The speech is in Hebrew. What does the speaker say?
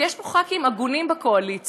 ויש פה ח"כים הגונים בקואליציה,